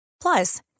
Plus